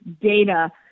data